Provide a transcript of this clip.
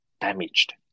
damaged